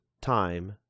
time